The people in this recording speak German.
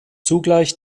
zugleich